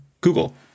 Google